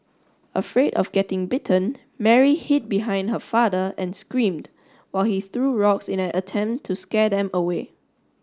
afraid of getting bitten Mary hid behind her father and screamed while he threw rocks in an attempt to scare them away